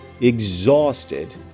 exhausted